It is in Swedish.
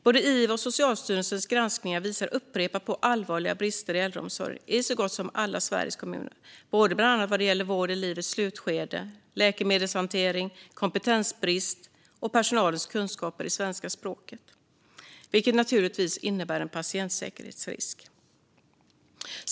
Både Ivos och Socialstyrelsens granskningar har upprepade gånger visat på allvarliga brister i äldreomsorgen i så gott som alla Sveriges kommuner, bland annat vad gäller vård i livets slutskede, läkemedelshantering, kompetens och personalens kunskaper i svenska språket, vilket naturligtvis innebär en patientsäkerhetsrisk.